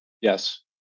Yes